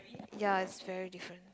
ya it's very different